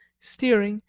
steering,